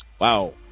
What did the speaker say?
Wow